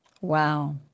Wow